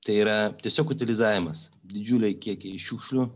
tai yra tiesiog utilizavimas didžiuliai kiekiai šiukšlių